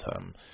term